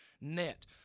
net